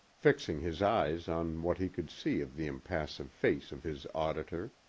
fixing his eyes on what he could see of the impassive face of his auditor